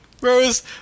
Rose